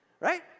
Right